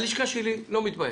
הלשכה שלי לא מתביישת,